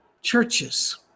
churches